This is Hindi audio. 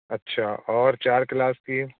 अच्छा और चार क्लास की